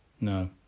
No